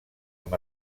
amb